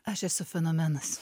aš esu fenomenas